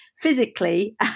physically